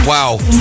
Wow